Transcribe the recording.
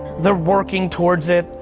they're working towards it.